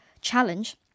challenge